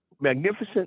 magnificent